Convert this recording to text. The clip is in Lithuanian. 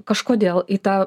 kažkodėl į tą